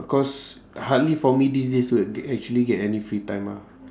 because hardly for me these days to get actually get any free time ah